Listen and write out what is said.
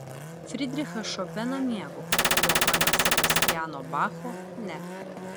fridrichą šopeną mėgau johano sebastiano bacho ne